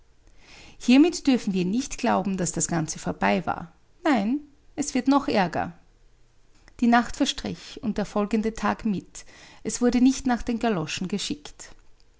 hiermit dürfen wir nicht glauben daß das ganze vorbei war nein es wird noch ärger die nacht verstrich und der folgende tag mit es wurde nicht nach den galoschen geschickt